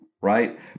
right